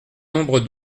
nombre